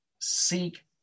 seek